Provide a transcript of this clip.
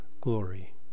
glory